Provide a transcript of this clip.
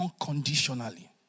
unconditionally